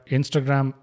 Instagram